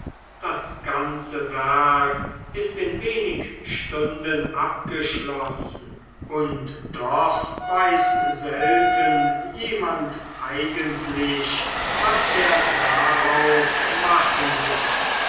das ganze werk ist in wenig stunden abgeschlossen und doch weiß selten jemand eigentlich was er daraus machen soll